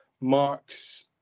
Mark's